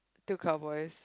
still cowboys